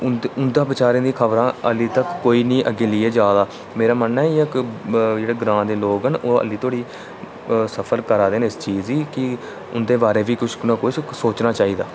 उं'दे बचैरे दियां खबरां बचैरा कोई बी अग्गें जाइयै लेई जा दा मेरा मन्नना ऐ कि जेह्ड़े ग्रांऽ दे लोक न ओह् ऐल्लै धोड़ी सफर करै दे न ते उं'दे बारे च बी किश ना किश सोचना चाहिदा